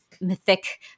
mythic